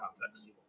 context